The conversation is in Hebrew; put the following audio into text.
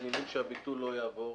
--- שהביטול לא יעבור,